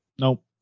Nope